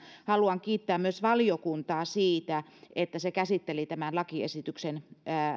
haluan kiittää myös valiokuntaa siitä että se käsitteli tämän lakiesityksen